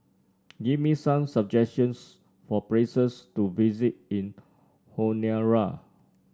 give me some suggestions for places to visit in Honiara